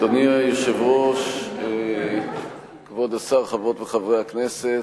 אדוני היושב-ראש, כבוד השר, חברי חברי הכנסת,